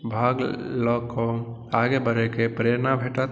भाग लऽकऽ आगे बढ़ैके प्रेरणा भेटत